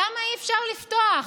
למה אי-אפשר לפתוח?